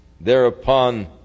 thereupon